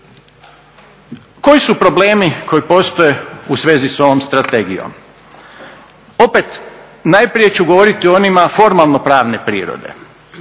Koji su problemi koji postoje u svezi s ovom strategijom? Opet najprije ću govoriti o onima formalno-pravne prirode.